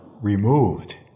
removed